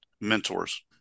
mentors